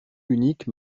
unique